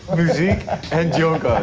music and joints.